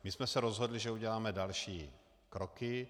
My jsme se rozhodli, že uděláme další kroky.